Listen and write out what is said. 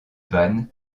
van